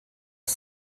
les